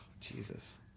Jesus